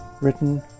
written